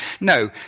No